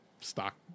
stock